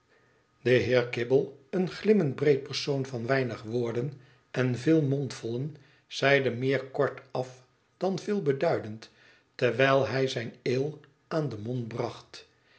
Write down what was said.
de heer kibble een glimmend breed persoon van weinig woorden en veel mondvollen zeide meer kortaf dan veelbeduidend terwijl hij zijn ale aan den mond bracht